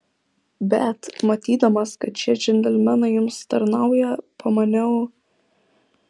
bet matydamas kad šie džentelmenai jums tarnauja pamaniau